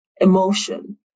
emotion